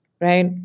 right